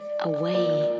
away